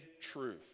truth